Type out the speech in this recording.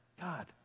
God